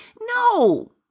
No